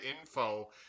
info